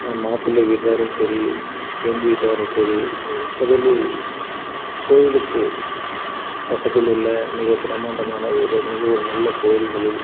மாப்பிள்ளை வீட்டாரும் சரி பெண் வீட்டாரும் சரி முதலில் கோவிலுக்கு பக்கத்திலுள்ள மிக பிரமாண்டமான ஒரு மிக ஒரு நல்ல கோவில்களில்